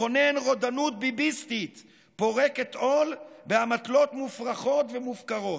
לכונן רודנות ביביסטית פורקת עול באמתלות מופרכות ומופקרות.